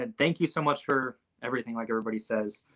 and thank you so much for everything, like everybody says.